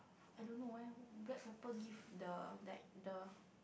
I don't know why black pepper give the like the